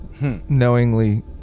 knowingly